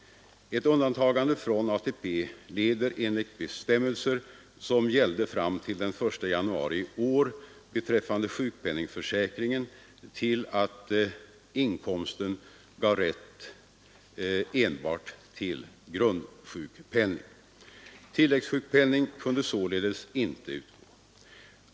Ett undantagande från ATP ledde enligt bestämmelser 13 som gällde fram till den 1 januari i år beträffande sjukpenningförsäkringen till att inkomsten gav rätt enbart till grundsjukpenning. Tilläggssjukpenning kunde således inte utgå.